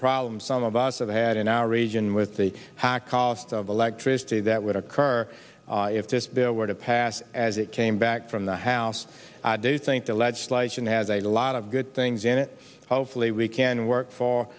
problem some of us have had in our region with the cost of electricity that would occur if this were to pass as it came back from the house i do think the legislation has a lot of good things in it hopefully we can work for